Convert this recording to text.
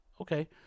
okay